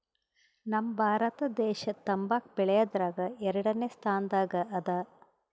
ನಮ್ ಭಾರತ ದೇಶ್ ತಂಬಾಕ್ ಬೆಳ್ಯಾದ್ರಗ್ ಎರಡನೇ ಸ್ತಾನದಾಗ್ ಅದಾ